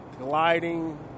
gliding